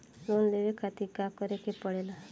Loan लेवे के खातिर का करे के पड़ेला?